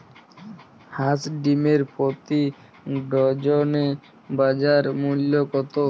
হাঁস ডিমের প্রতি ডজনে বাজার মূল্য কত?